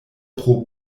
pro